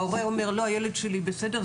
ההורה אומר: לא, הילד שלי בסדר.